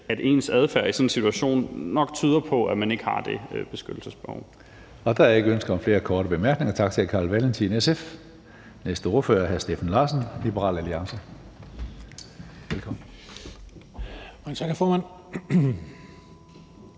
at ens adfærd i sådan en situation nok tyder på, at man ikke har det beskyttelsesbehov. Kl. 16:39 Tredje næstformand (Karsten Hønge): Der er ikke ønske om flere korte bemærkninger. Tak til hr. Carl Valentin, SF. Næste ordfører er hr. Steffen Larsen, Liberal Alliance. Velkommen. Kl. 16:39